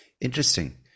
Interesting